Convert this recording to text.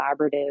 collaborative